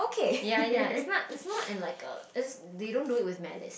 ya ya it's not it's not in like a it's they don't do it with malice